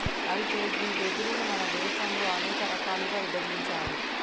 అయితే గీ వెదురును మన దేసంలో అనేక రకాలుగా ఇభజించారు